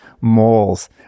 moles